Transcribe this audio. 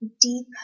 deep